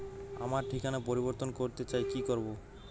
আমার ঠিকানা পরিবর্তন করতে চাই কী করব?